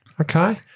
Okay